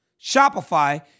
Shopify